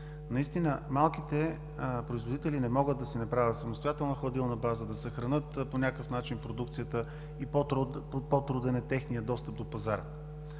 Наистина малките производители не могат да си направят самостоятелна хладилна база, да съхранят по някакъв начин продукцията и техният достъп до пазара